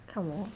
看我